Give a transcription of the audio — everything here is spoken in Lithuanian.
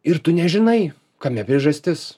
ir tu nežinai kame priežastis